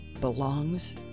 belongs